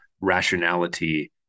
rationality